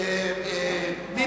הסיפא החל במלים "ובו במקום" תימחק.